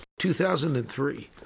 2003